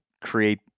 create